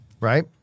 right